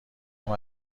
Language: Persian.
هام